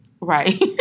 Right